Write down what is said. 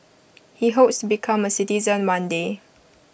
he hopes become A citizen one day